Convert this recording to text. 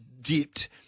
dipped